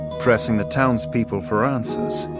pressing the townspeople for answers,